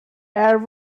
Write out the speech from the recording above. air